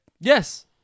Yes